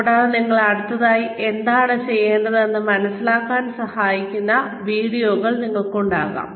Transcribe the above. കൂടാതെ നിങ്ങൾ അടുത്തതായി എന്താണ് ചെയ്യേണ്ടതെന്ന് മനസിലാക്കാൻ സഹായിക്കുന്ന വീഡിയോകൾ നിങ്ങൾക്കുണ്ടാകും